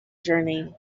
journey